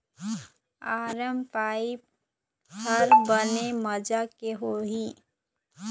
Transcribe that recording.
अरमपपई हर बने माजा के होही?